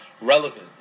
relevant